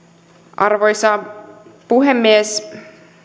arvoisa puhemies